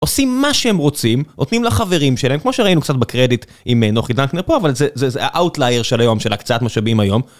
עושים מה שהם רוצים, נותנים לחברים שלהם, כמו שראינו קצת בקרדיט עם נוחי דנקנר פה, אבל זה האוטלייר של היום, של הקצת משאבים היום.